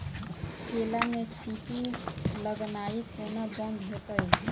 केला मे चींटी लगनाइ कोना बंद हेतइ?